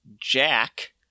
Jack